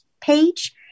page